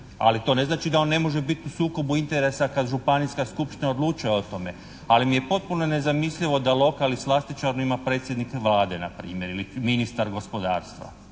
ali to ne znači da on ne može biti u sukobu interesa kada županijska skupština odlučuje o tome, ali mi je potpuno nezamislivo da lokal i slastičarnu ima predsjednik Vlade npr. ili ministar gospodarstva.